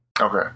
Okay